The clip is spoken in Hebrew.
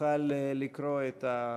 יוכל לקרוא את השאילתה.